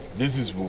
this is bupe.